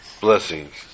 blessings